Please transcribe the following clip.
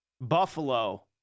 Buffalo